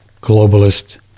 globalist